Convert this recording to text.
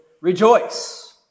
rejoice